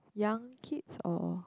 young kids or